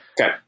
Okay